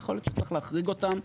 ויכול להיות שצריך להחריג אותם.